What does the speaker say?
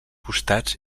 costats